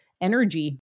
energy